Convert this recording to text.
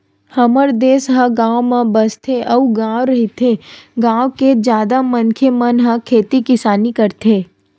हमर देस ह गाँव म बसथे अउ गॉव रहिथे, गाँव के जादा मनखे मन ह खेती किसानी करथे